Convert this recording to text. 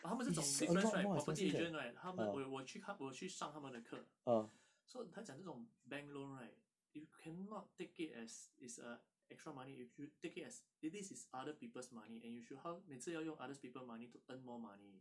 but 他们这种 difference right property agent right 他们我我有去看我有去上他们的课 so 他讲这种 bank loan right you cannot take it as it's a extra money you should take it as that this is other people's money and you should how 每次要用 others people money to earn more money